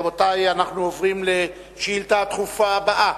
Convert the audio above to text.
רבותי, אנחנו עוברים לשאילתא הדחופה הבאה.